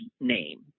name